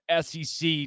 SEC